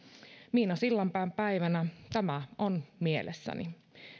miina sillanpään päivänä tämä on mielessäni